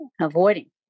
avoiding